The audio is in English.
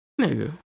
nigga